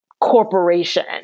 corporation